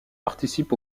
participe